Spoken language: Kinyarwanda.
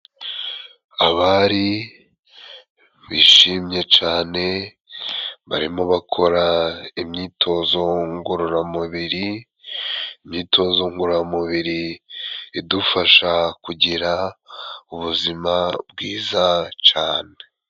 Abari bishimye cane barimo bakora imyitozo ngororamubiri, imyitozo ngororamubiri idufasha kugira ubuzima bwiza cane.